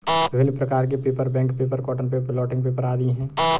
विभिन्न प्रकार के paper, bank paper, cotton paper, blotting paper आदि हैं